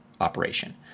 operation